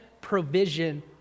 provision